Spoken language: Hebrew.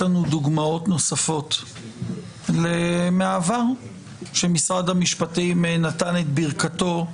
לנו דוגמאות נוספות מהעבר שמשרד המשפטים נתן את ברכתו.